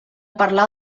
parlar